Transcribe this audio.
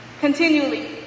Continually